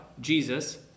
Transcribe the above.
Jesus